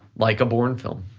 like a borne film.